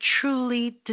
truly